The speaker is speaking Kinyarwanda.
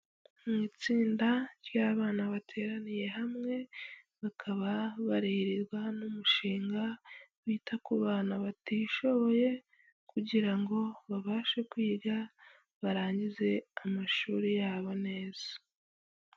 Mu itsinda ry'abana bateraniye hamwe, bakaba barererwa n'umushinga wita ku bana batishoboye, kugira ngo babashe kwiga barangize amashuri yabo neza.